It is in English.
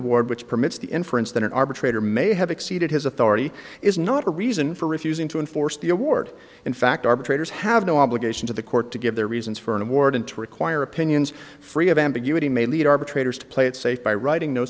award which permits the inference that an arbitrator may have exceeded his authority is not a reason for refusing to enforce the award in fact arbitrators have no obligation to the court to give their reasons for an award and to require opinions free of ambiguity may lead arbitrators to play it safe by writing no